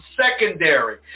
secondary